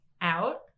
out